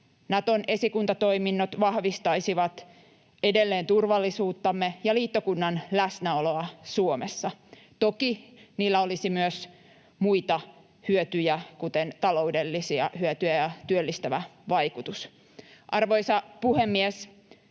Naton esikuntatoiminnot vahvistaisivat edelleen turvallisuuttamme ja liittokunnan läsnäoloa Suomessa. Toki niillä olisi myös muita hyötyjä, kuten taloudellisia hyötyjä ja työllistävä vaikutus. Arvoisa puhemies!